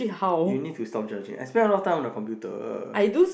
you need to stop judging I spend a lot of time on the computer